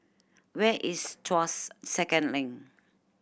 where is Tuas Second Link